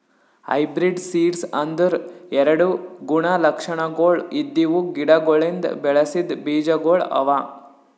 hybrid seeds ಅಂದುರ್ ಎರಡು ಗುಣ ಲಕ್ಷಣಗೊಳ್ ಇದ್ದಿವು ಗಿಡಗೊಳಿಂದ್ ಬೆಳಸಿದ್ ಬೀಜಗೊಳ್ ಅವಾ